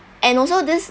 and also this